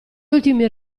ultimi